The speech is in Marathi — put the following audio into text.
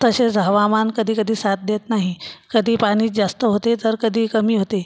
तशेच हवामान कधी कधी साथ देत नाही कधी पानी जास्त होते तर कधी कमी होते